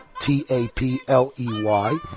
T-A-P-L-E-Y